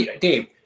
Dave